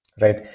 right